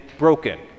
Broken